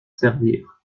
servir